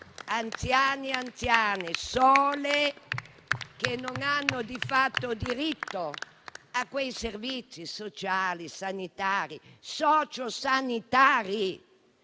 anziani e anziane soli, che non hanno di fatto diritto a quei servizi sociali, sanitari e sociosanitari